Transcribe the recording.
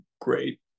great